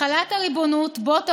החלת הריבונות בוא תבוא,